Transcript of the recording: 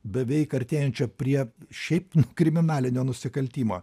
beveik artėjančio prie šiaip nu kriminalinio nusikaltimo